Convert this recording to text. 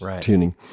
tuning